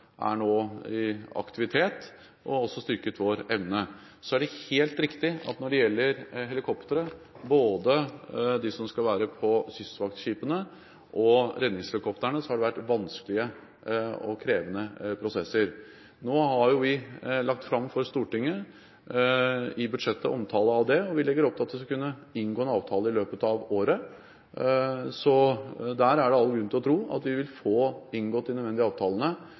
er nå i aktivitet. De har også styrket vår evne. Når det gjelder helikoptre, er det helt riktig at når det gjelder både dem som skal være på kystvaktskipene og redningshelikoptrene, har det vært vanskelige og krevende prosesser. Vi har i budsjettet lagt fram for Stortinget en omtale av det, og vi legger opp til å kunne inngå en avtale i løpet av året, så der er det all grunn til å tro at vi vil inngå de nødvendige avtalene